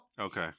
Okay